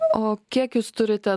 o kiek jūs turite